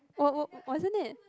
wa~ wa~ wasn't it